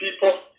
people